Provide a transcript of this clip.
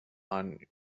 and